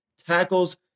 tackles